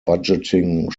budgeting